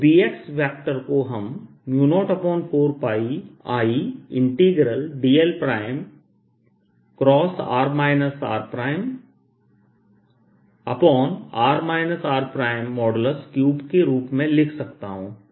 तो Bx vector को हम 04πIdl×r rr r3 के रूप में लिख सकता हूं